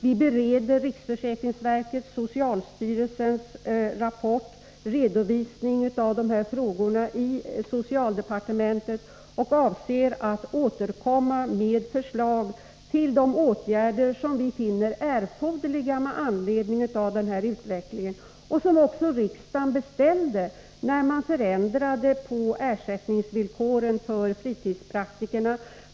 Vi bereder riksförsäkringsverkets och socialstyrelsens rapport i socialdepartementet och avser att återkomma med förslag till åtgärder som vi finner erforderliga med anledning av utvecklingen på området och som riksdagen beställde när ersättningsvillkoren för fritidspraktikerna förändrades.